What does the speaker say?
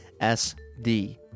SD